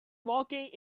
walking